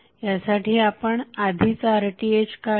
त्यासाठी आपण आधीच RTh काढला